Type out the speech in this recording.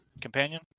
Companion